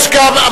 יש קו.